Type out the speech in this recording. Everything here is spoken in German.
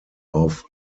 auf